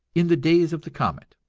in the days of the comet,